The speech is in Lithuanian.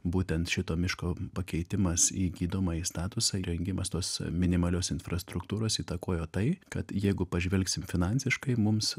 būtent šito miško pakeitimas į gydomąjį statusą įrengimas tos minimalios infrastruktūros įtakojo tai kad jeigu pažvelgsim finansiškai mums